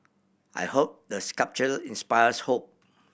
I hope the sculpture inspires hope